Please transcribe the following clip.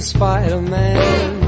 Spider-Man